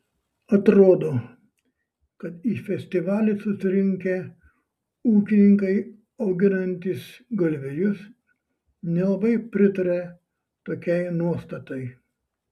atrodo kad į festivalį susirinkę ūkininkai auginantys galvijus nelabai pritaria tokiai nuostatai